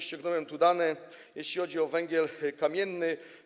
Ściągnąłem tu dane, jeśli chodzi o węgiel kamienny.